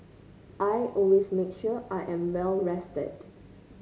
I always make sure I am well rested